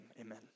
Amen